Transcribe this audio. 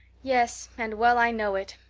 yes, and well i know it,